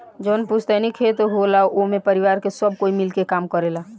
जवन पुस्तैनी खेत होला एमे परिवार के सब कोई मिल के काम करेला